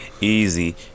easy